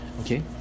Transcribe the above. Okay